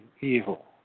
evil